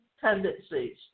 tendencies